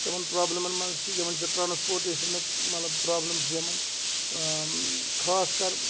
تِمَن پرٛابلِمَن منٛز چھِ یِمَن چھُ ٹرٛانَسپوٹیشَن مطلب پرٛابلِم چھِ یِمَن خاص کَر